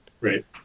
Right